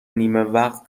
نیمهوقت